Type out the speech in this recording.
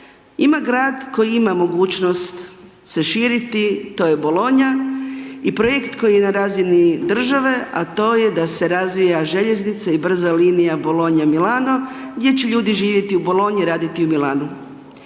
Ima grad koji ima mogućnost se širiti, to je Bologna i projekt koji je na razini države a to je da se razvija željeznica i brza linija Bologna – Milano gdje će ljudi živjeti u Bologni, raditi u Milanu.